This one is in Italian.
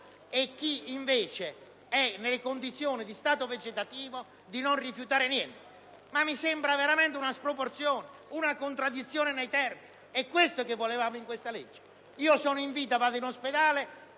a chi invece è nelle condizioni di stato vegetativo di non rifiutare niente? Mi sembra veramente una sproporzione, una contraddizione nei termini. È questo che volevamo con la legge? Sono in vita, vado in ospedale,